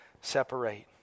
separate